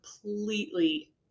completely